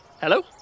Hello